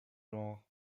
genres